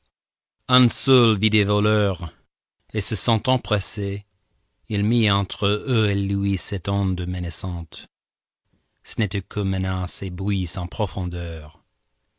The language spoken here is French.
des voleurs et se sentant presser il mit entre eux et lui cette onde menaçante ce n'était que menace et bruit sans profondeur